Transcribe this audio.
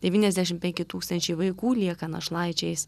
devyniasdešim penki tūkstančiai vaikų lieka našlaičiais